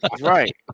right